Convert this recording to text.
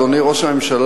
אדוני ראש הממשלה,